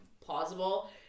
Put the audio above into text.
plausible